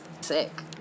sick